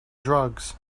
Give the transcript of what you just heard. drugs